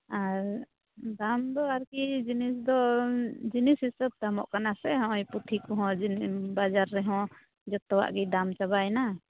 ᱟᱨ ᱫᱟᱢ ᱫᱚ ᱟᱨᱠᱤ ᱡᱤᱱᱤᱥ ᱫᱚ ᱡᱤᱱᱤᱥ ᱦᱤᱥᱟᱹᱵ ᱫᱟᱢᱚᱜ ᱠᱟᱱᱟ ᱥᱮ ᱦᱚᱸᱜᱼᱚᱭ ᱯᱩᱸᱛᱷᱤ ᱠᱚᱦᱚᱸ ᱵᱟᱡᱟᱨ ᱨᱮᱦᱚᱸ ᱡᱚᱛᱚᱣᱟᱜ ᱜᱮ ᱫᱟᱢ ᱪᱟᱵᱟᱭᱮᱱᱟ